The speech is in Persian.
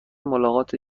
ملاقات